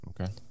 Okay